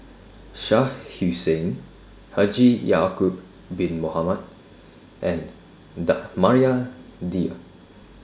Shah Hussain Haji Ya'Acob Bin Mohamed and Maria Dyer